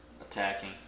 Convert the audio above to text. attacking